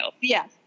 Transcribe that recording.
Yes